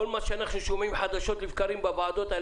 כל מה שאנחנו שומעים חדשות לבקרים בוועדות על